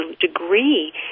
degree